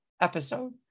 episode